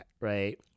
right